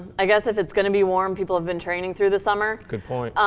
i guess, if it's gonna be warm, people have been training through the summer. good point.